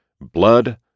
Blood